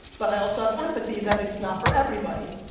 but i also have empathy that it's not for everybody,